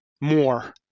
more